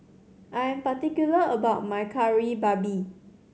I am particular about my Kari Babi